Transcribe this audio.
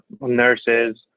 nurses